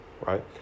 right